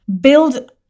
build